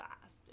fast